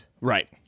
Right